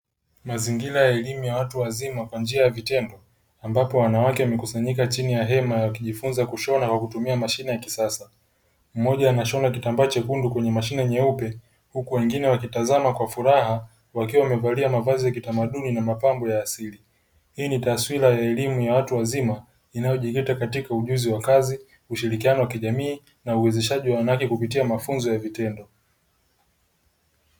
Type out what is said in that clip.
Mazingira ya elimu ya watu wazima kwa njia ya vitendo ambapo wanawake wamekusanyika chini ya hema wakijifunza kushona kwa kutumia mashine ya kisasa. Mmoja anashona kitambaa chekundu kwenye mashine nyeupe, huku wengine wakitazama kwa furaha wakiwa wamevalia mavazi ya kitamaduni na mapambo ya asili. Hii ni taswira ya elimu ya watu wazima inayojikita katika ujuzi wa kazi, ushirikiano wa kijamii na uwezeshaji wa mradi kupitia mafunzo ya vitendo.